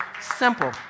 Simple